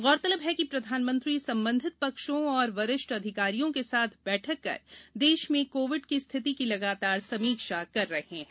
गौरतलब है कि प्रधानमंत्री संबंधित पक्षों और वरिष्ठम अधिकारियों के साथ बैठक कर देश में कोविड की स्थिति की लगातार समीक्षा कर रहें हैं